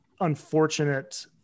unfortunate